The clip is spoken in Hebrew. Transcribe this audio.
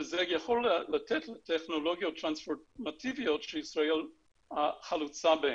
שזה יכול לתת לטכנולוגיות טרנספורמטיביות שישראל חלוצה בהן.